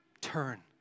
turn